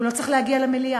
הוא לא צריך להגיע למליאה,